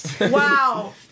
Wow